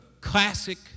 classic